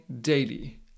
daily